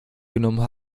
genommen